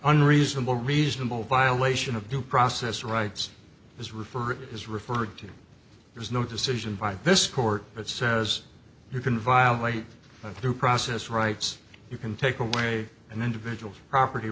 unreasonable reasonable violation of due process rights as refer it is referred to there is no decision by this court that says you can violate through process rights you can take away and individual property